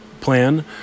plan